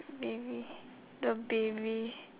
baby the baby